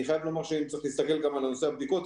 אני חייב לומר שצריך להסתכל גם על נושא הבדיקות,